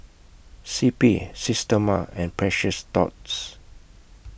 C P Systema and Precious Thots